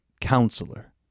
Counselor